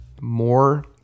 more